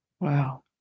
Wow